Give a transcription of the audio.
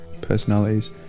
personalities